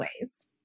ways